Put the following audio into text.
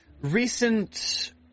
recent